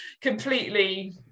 completely